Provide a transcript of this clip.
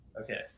Okay